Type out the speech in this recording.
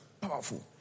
Powerful